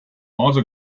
also